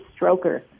Stroker